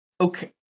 Okay